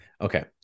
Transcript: Okay